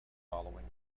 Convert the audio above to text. following